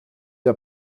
der